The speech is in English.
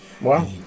wow